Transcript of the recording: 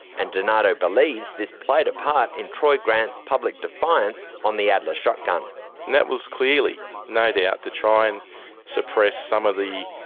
and donato believes this played a part in troy grant's public defiance on the adler shotgun. and that was clearly no doubt to try and suppress some of the